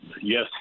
Yes